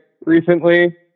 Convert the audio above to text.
recently